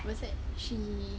what's that she